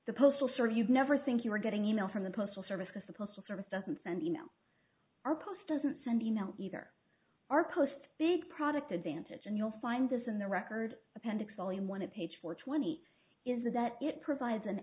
the postal service you'd never think you were getting e mail from the postal service because the postal service doesn't send e mail our post doesn't send e mail either our post big product advantage and you'll find this in the record appendix volume one of page four twenty is that it provides an